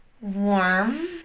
warm